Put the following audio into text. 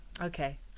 okay